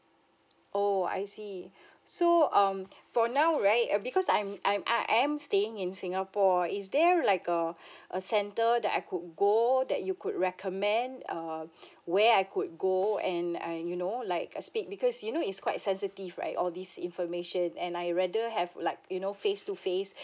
oh I see so um for now right uh because I'm I'm I am staying in singapore is there like a a center that I could go that you could recommend um where I could go and I you know like uh speak because you know it's quite sensitive right all this information and I'd rather have like you know face to face